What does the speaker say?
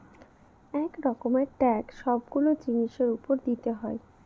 এক রকমের ট্যাক্স সবগুলো জিনিসের উপর দিতে হয়